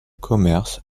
commerce